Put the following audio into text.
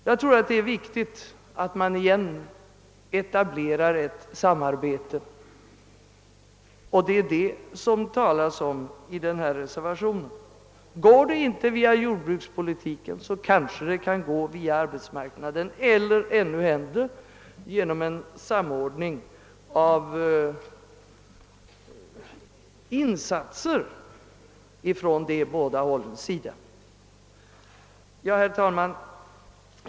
Jag tror det är viktigt att man etablerar ett samarbete, och det är detta som det talas om i reservationen. Går det inte via jordbrukspolitiken kanske det kan gå via arbetsmarknadspolitiken = eller, ännu hellre, genom en samordning av insatser från båda dessa håll. Herr talman!